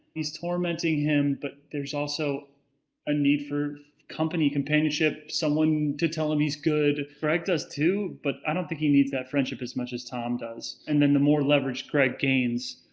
he's tormenting him, but there's also a need for company, companionship, someone to tell him he's good. greg does too, but i don't think he needs that friendship as much as tom does. and then the more leverage greg gains,